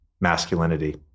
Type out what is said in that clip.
masculinity